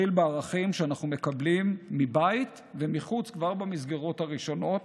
מתחיל בערכים שאנחנו מקבלים מבית ומחוץ כבר במסגרות הראשונות,